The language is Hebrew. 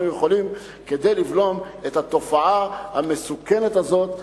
יכולים כדי לבלום את התופעה המסוכנת הזאת,